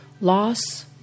loss